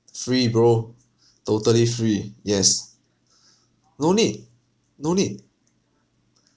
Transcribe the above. free bro totally free yes no need no need